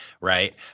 Right